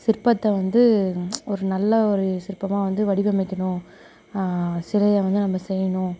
சிற்பத்தை வந்து ஒரு நல்ல ஒரு சிற்பமாக வந்து வடிவமைக்கணும் சிலையை வந்து நம்ம செய்யணும்